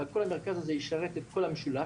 אבל כל המרכז הזה ישרת את כל המשולש,